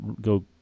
go